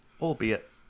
albeit